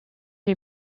les